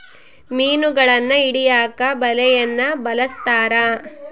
ಮೀನುಗಳನ್ನು ಹಿಡಿಯಕ ಬಲೆಯನ್ನು ಬಲಸ್ಥರ